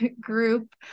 group